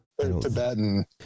Tibetan